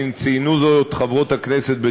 ציינו זאת חברות הכנסת,